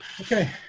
Okay